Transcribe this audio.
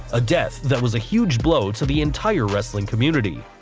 a death that was a huge blow to the entire wrestling community.